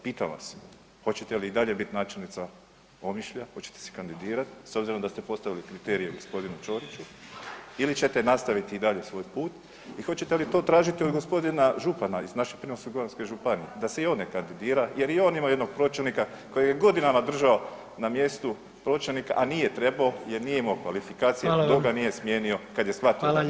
Pitam vas, hoćete li i dalje biti načelnica Omišlja, hoćete li se kandidirati s obzirom da ste postavili kriterije gospodinu Ćoriću ili ćete nastaviti i dalje svoj put i hoćete li to tražiti od gospodina župana iz naše Primorsko-goranske županije da se i on ne kandidira jer i on ima jednog pročelnika kojega je godinama držao na mjestu pročelnika, a nije trebao jer nije imamo kvalifikacije [[Upadica: Hvala vam.]] dok ga nije smijenio kad je shvatio da nema.